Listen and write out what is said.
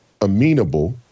amenable